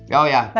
yeah oh yeah,